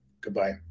Goodbye